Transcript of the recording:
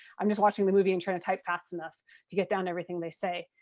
i'm just watching the movie and trying to type fast enough to get down everything they say.